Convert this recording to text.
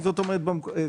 אז תכתבו את זה בחוק.